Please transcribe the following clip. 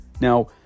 Now